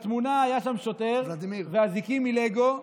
בתמונה היה שוטר ואזיקים מלגו.